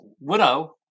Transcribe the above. widow